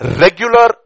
regular